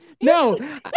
No